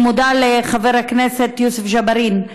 אני מודה לחבר הכנסת יוסף ג'בארין,